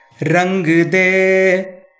Rangde